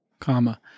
Comma